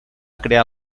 crear